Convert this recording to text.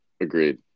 Agreed